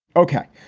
ok.